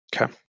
Okay